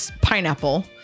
pineapple